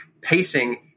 Pacing